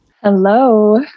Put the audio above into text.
Hello